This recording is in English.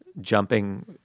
jumping